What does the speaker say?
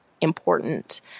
important